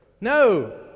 No